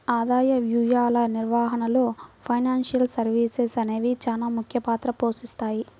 ఆదాయ వ్యయాల నిర్వహణలో ఫైనాన్షియల్ సర్వీసెస్ అనేవి చానా ముఖ్య పాత్ర పోషిత్తాయి